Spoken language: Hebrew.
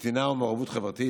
נתינה ומעורבות חברתית.